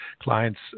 Clients